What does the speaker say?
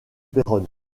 péronne